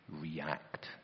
react